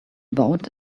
about